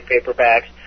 paperbacks